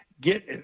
get